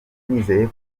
nizeye